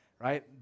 right